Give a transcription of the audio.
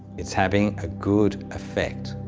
it's having a good effect.